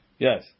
Yes